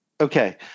Okay